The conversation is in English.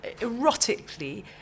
erotically